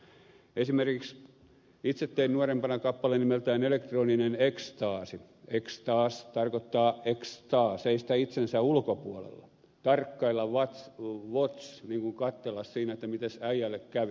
esimerkiksi itse tein nuorempana kappaleen nimeltään elektroninen ekstaasi ekstaas tarkoittaa ex stare seistä itsensä ulkopuolella tarkkailla watch katsella mitens äijälle kävi